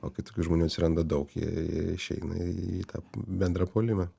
o kai tokių žmonių atsiranda daug jie jie išeina į tą bendrą puolimą